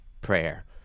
prayer